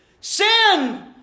Sin